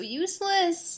useless